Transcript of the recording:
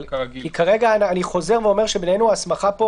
כי כרגע אני חוזר ואומר שבינינו, ההסמכה פה